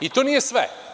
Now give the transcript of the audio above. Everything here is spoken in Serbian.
I to nije sve.